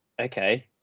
okay